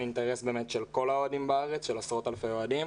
אינטרס של עשרות אלפי אוהדים בכל הארץ.